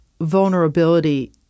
vulnerability